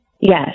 Yes